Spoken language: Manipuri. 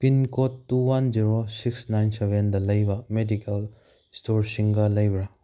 pin code two one zero six nine ꯁꯚꯦꯟꯗ ꯂꯩꯕ ꯃꯦꯗꯤꯀꯦꯜ ꯏꯁꯇꯣꯔꯁꯤꯡꯒ ꯂꯩꯕ꯭ꯔꯥ